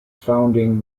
founding